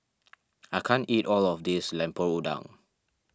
I can't eat all of this Lemper Udang